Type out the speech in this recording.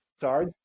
Sorry